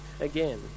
again